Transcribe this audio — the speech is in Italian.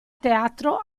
teatro